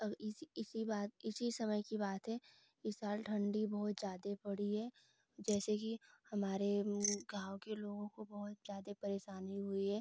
अब इसी इसी बात इसी समय की बात है इस साल ठंडी बहुत ज्यादे पड़ी है जैसे कि हमारे गाँव के लोगों को बहुत जादे परेशानी हुई है